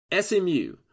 SMU